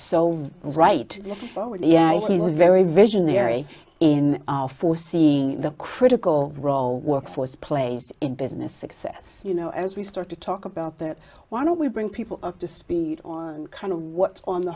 really yeah he's a very visionary in our foreseeing the critical role workforce plays in business success you know as we start to talk about that why don't we bring people up to speed on kind of what's on the